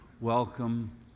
welcome